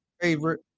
favorite